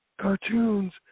cartoons